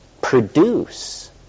Produce